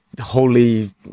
holy